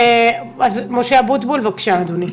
משה אבוטבול, בבקשה, אדוני.